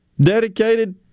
dedicated